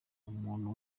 umuntu